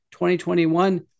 2021